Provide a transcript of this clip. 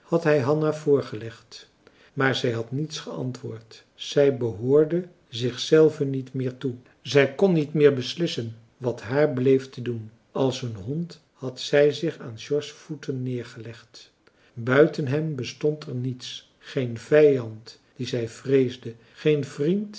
had hij hanna voorgelegd maar zij had niets geantwoord zij behoorde zich zelve niet meer toe zij kon niet meer beslissen wat haar bleef te doen als een hond had zij zich aan george's voeten neergelegd buiten hem bestond er niets geen vijand dien zij vreesde geen vriend